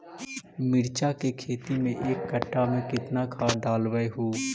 मिरचा के खेती मे एक कटा मे कितना खाद ढालबय हू?